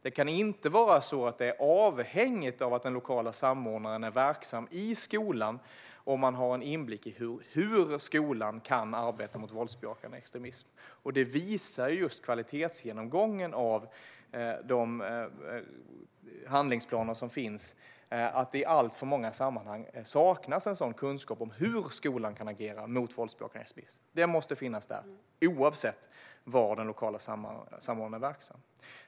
Det kan inte krävas att den lokala samordnaren är verksam i skolan för att han eller hon ska ha en inblick i hur skolan kan arbeta mot våldsbejakande extremism. Kvalitetsgenomgången av de handlingsplaner som finns visar just att det i alltför många sammanhang saknas kunskap om hur skolan kan agera mot våldsbejakande extremism. Den kunskapen måste finnas där oavsett var den lokala samordnaren är verksam.